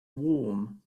warm